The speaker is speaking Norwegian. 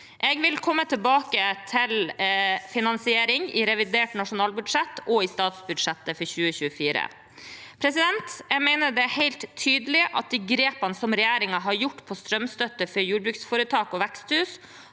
Jeg vil komme tilbake til finansiering i revidert nasjonalbudsjett og i statsbudsjettet for 2024. Jeg mener det er helt tydelig at de grepene som regjeringen har tatt på strømstøtte til jordbruksforetak og veksthus,